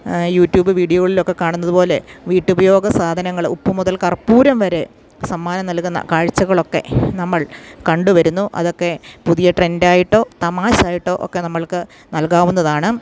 YouTube വീഡിയോകളിലൊക്കെ കാണുന്നത് പോലെ വീട്ടുപയോഗ സാധനങ്ങൾ ഉപ്പ് മുതൽ കർപ്പൂരം വരെ സമ്മാനം നൽകുന്ന കാഴ്ചകളൊക്കെ നമ്മൾ കണ്ടുവരുന്നു അതൊക്കെ പുതിയ ട്രെൻഡായിട്ടോ തമാശായിട്ടോ ഒക്കെ നമ്മൾക്ക് നൽകാവുന്നതാണ്